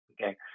okay